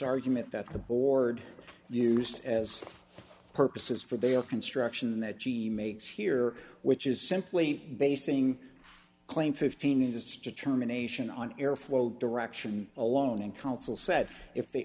argument that the board used as purposes for their construction that g e makes here which is simply basing claim fifteen inches to terminations on airflow direction alone in council said if the